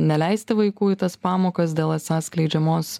neleisti vaikų į tas pamokas dėl esą skleidžiamos